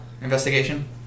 investigation